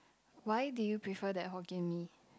why do you prefer that Hokkien-Mee